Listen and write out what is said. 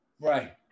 Right